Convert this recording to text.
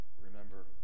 remember